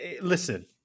Listen